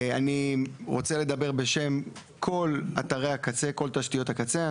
אני רוצה לדבר בשם כל אתרי הקצה, כל תשתיות הקצה.